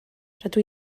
rydw